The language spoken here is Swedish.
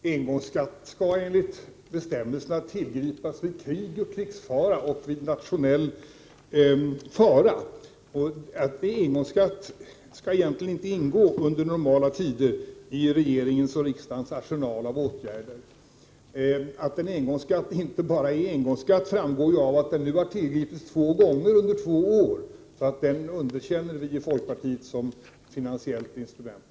Herr talman! Engångsskatt skall enligt bestämmelserna tillgripas vid krig och krigsfara och vid nationell fara. Engångsskatt skall under normala tider egentligen inte ingå i regeringens och riksdagens arsenal av åtgärder. Att engångsskatten inte bara är en engångsskatt framgår ju av att den har tillgripits två gånger under två år. Vi i folkpartiet underkänner engångsskatten som finansiellt instrument.